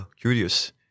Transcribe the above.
curious